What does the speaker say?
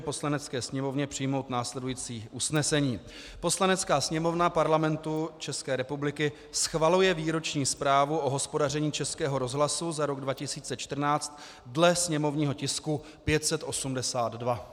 Poslanecké sněmovně přijmout následující usnesení: Poslanecká sněmovna Parlamentu České republiky schvaluje Výroční zprávu o hospodaření Českého rozhlasu za rok 2014 dle sněmovního tisku 582.